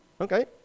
Okay